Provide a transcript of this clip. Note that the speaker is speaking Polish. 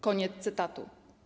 Koniec cytatu.